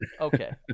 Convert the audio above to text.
Okay